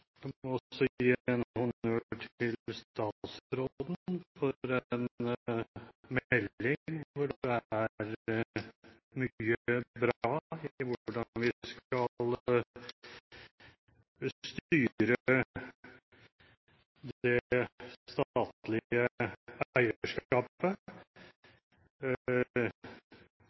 også gi en honnør til statsråden for en melding hvor det er mye bra når det gjelder hvordan vi skal styre det statlige eierskapet. Jeg tror også det